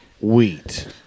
Wheat